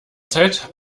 zeit